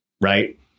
Right